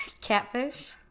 Catfish